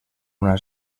una